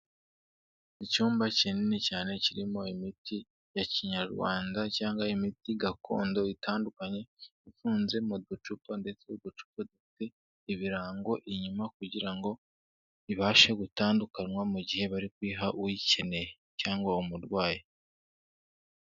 Icyumba kinini cyane kirimo imiti ya kinyarwanda cyangwa imiti gakondo, itandukanye ifunze mu ducupa ndetse uducupa dufite ibirango inyuma kugira ngo ibashe gutandukanywa mu gihe bari kuyiha uyikeneye cyangwa umurwayi.